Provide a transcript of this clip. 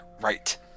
right